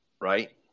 right